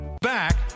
Back